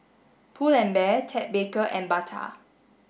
Pull and Bear Ted Baker and Bata